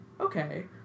okay